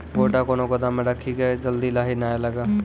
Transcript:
गोटा कैनो गोदाम मे रखी की जल्दी लाही नए लगा?